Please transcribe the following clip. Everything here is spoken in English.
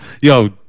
Yo